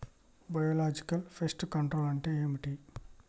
Biological pest control అంటే ఏమిటి?